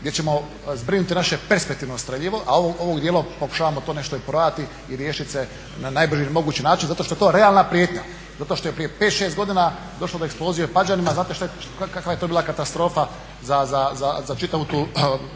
gdje ćemo zbrinuti naše perspektivno streljivo a ovog dijela, pokušavamo to nešto i prodati i riješiti se na najbrži mogući način zato što je to realna prijetnja. Zato što je prije 5, 6 godina došlo do eksplozije u Padjanima, znate kakva je to bila katastrofa